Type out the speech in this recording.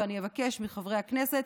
ואני אבקש מחברי הכנסת